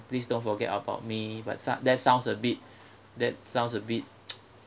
please don't forget about me but so~ that sounds a bit that sounds a bit